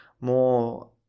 more